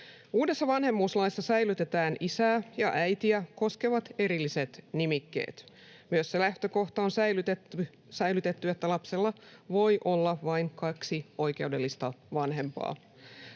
Uudessa vanhemmuuslaissa säilytetään isää ja äitiä koskevat erilliset nimikkeet. Myös se lähtökohta on säilytetty, että lapsella voi olla vain kaksi oikeudellista vanhempaa.